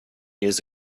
years